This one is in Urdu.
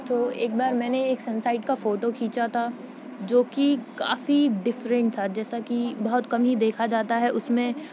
تو ایک بار میں نے ایک سن سائڈ کا فوٹو کھینچا تھا جو کہ کافی ڈفرنٹ تھا جیسا کہ بہت ہی کم دیکھا جاتا اس میں